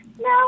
No